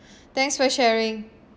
thanks for sharing